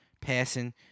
passing